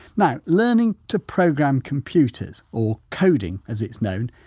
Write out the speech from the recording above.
now, learning to program computers, or coding, as it's known,